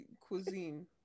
cuisine